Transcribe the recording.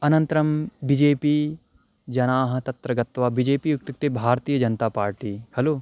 अनन्तरं BJP जनाः तत्र गत्वा बि जे पि इत्युक्ते भारतीयजनता पार्टि खलु